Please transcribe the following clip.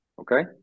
Okay